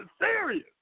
serious